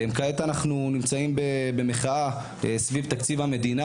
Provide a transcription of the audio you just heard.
כעת אנחנו נמצאים במחאה סביב תקציב המדינה.